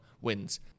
wins